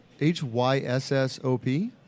H-Y-S-S-O-P